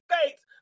States